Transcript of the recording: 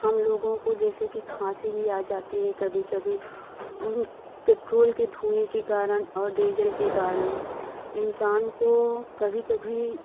हम लोगों को जैसे की खाँसी भी आ जाती है कभी कभी पेट्रोल के धुएँ के कारण और डीजल के कारण इंसान को कभी कभी